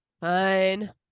Fine